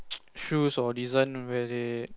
shoes or design where they